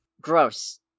gross